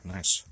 Nice